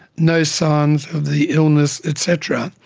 no signs of the illness et cetera,